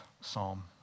Psalm